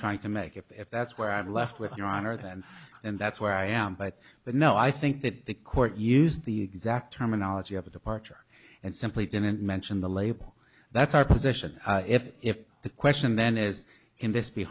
trying to make if that's where i've left with your honor then and that's where i am but but no i think that the court used the exact terminology of a departure and simply didn't mention the label that's our position if if the question then is can this be